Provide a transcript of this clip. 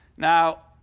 now,